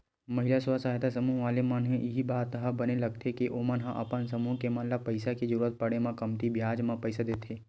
महिला स्व सहायता समूह वाले मन के इही बात ह बने लगथे के ओमन ह अपन समूह के मन ल पइसा के जरुरत पड़े म कमती बियाज म पइसा देथे